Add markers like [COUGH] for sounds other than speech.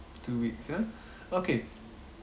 two weeks ah [BREATH] okay